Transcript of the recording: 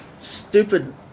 stupid